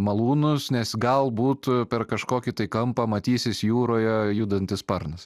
malūnus nes galbūt per kažkokį tai kampą matysis jūroje judantis sparnas